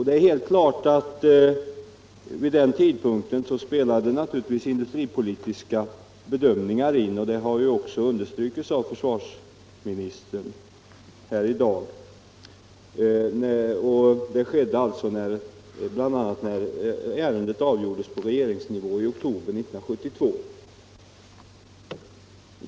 Det är helt klart att industripolitiska bedömningar vid den tidpunkten spelade in, och det har också försvarsministern understrukit här i dag. Sådana bedömningar förelåg alltså bl.a. när ärendet avgjordes på regeringsnivå i oktober 1972.